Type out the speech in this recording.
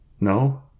No